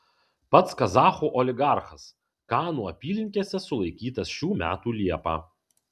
pats kazachų oligarchas kanų apylinkėse sulaikytas šių metų liepą